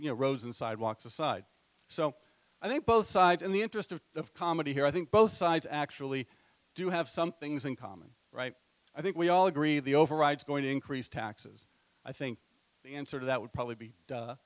you know roads and sidewalks aside so i think both sides in the interest of the comedy here i think both sides actually do have some things in common right i think we all agree the overrides going to increase taxes i think the answer to that would probably be